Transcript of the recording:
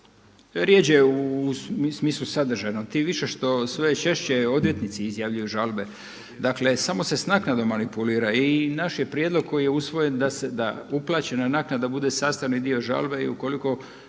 Rjeđe u smislu sadržajno. Tim više sve češće odvjetnici izjavljuju žalbe. Dakle, samo se s naknadama manipulira. I naš je prijedlog koji je usvojen da uplaćena naknada bude sastavni dio žalbe i ukoliko